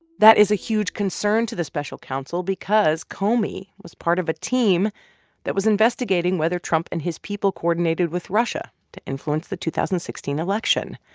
that is a huge concern to the special counsel because comey was part of a team that was investigating whether trump and his people coordinated with russia to influence the two thousand and sixteen election,